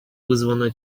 вызвано